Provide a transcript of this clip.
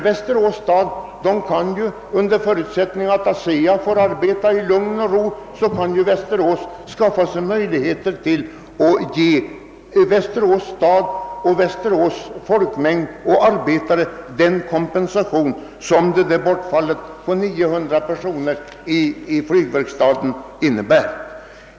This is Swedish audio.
Västerås stad bör ju, under förutsättning att ASEA får arbeta i lugn och ro, ha möjlighet att skaffa sig kompensation för det bortfall på 900 personer som nedläggning av flygverkstaden där innebär.